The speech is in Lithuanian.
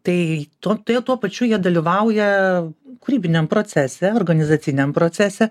tai tuo tai jie tuo pačiu jie dalyvauja kūrybiniam procese organizaciniam procese